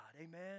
amen